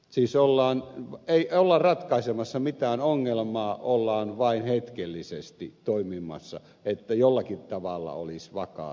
siis ei olla ratkaisemassa mitään ongelmaa ollaan vain hetkellisesti toimimassa että jollakin tavalla olisi vakaat olot